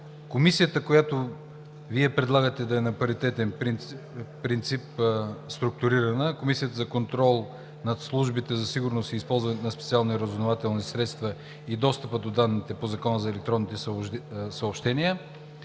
Комисията, която Вие предлагате да е структурирана на паритетен принцип - Комисията за контрол над службите за сигурност и използване на специални разузнавателни средства и достъпа до данните по Закона за електронните съобщения,